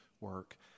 work